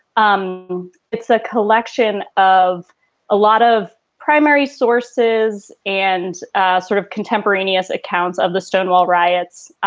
um it's a collection of a lot of primary sources and sort of contemporaneous accounts of the stonewall riots,